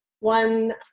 one